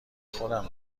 خودم